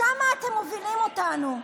לשם אתם מובילים אותנו.